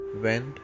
went